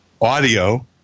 audio